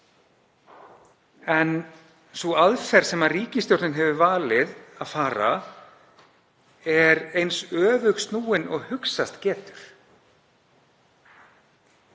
en sú aðferð sem ríkisstjórnin hefur valið er eins öfugsnúin og hugsast getur.